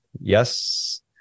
Yes